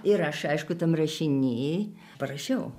ir aš aišku tam rašiny parašiau